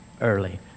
early